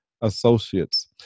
Associates